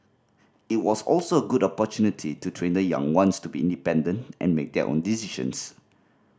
it was also a good opportunity to train the young ones to be independent and make own decisions